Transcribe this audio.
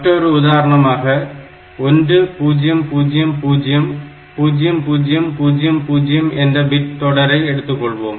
மற்றொரு உதாரணமாக 1000 0000 என்ற பிட் தொடரை எடுத்துக்கொள்வோம்